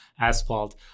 asphalt